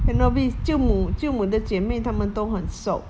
cannot be 舅母舅母的姐妹她们都很瘦